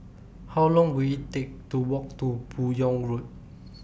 How Long Will IT Take to Walk to Buyong Road